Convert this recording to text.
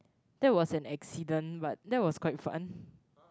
that was an accident but that was quite fun